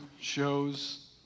shows